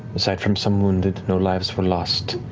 aside from some wounded, no lives were lost.